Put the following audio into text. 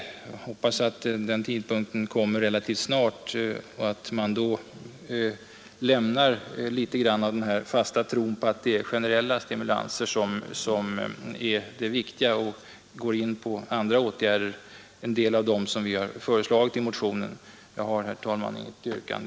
Jag hoppas den tidpunkten kommer relativt snart, och jag hoppas att man då lämnar litet av den fasta tron på att de generella stimulanserna är riktiga och går på andra åtgärder, som vi har föreslagit. Jag har, herr talman, inget yrkande.